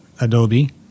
Adobe